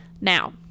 Now